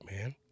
man